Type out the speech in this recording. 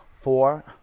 four